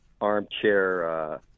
armchair